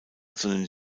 sondern